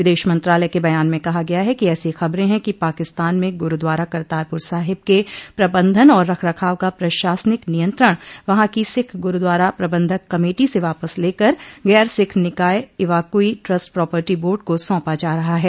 विदेश मंत्रालय के बयान में कहा गया है कि ऐसी खबरे हैं कि पाकिस्तान में गुरूद्वारा करतारपुर साहिब के प्रबंधन और रख रखाव का प्रशासनिक नियंत्रण वहां की सिख गुरूद्वारा प्रबंधक कमेटी से वापस लकर गैर सिख निकाय इवाकुई ट्रस्ट प्रोपर्टी बोर्ड को सौंपा जा रहा है